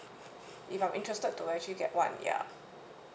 if I'm interested to actually get one ya